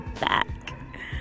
back